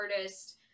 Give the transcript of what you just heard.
artist